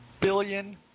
billion